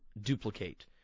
duplicate